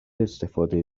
استفاده